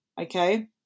okay